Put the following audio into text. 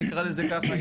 נקרא לזה ככה,